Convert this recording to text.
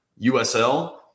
USL